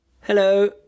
Hello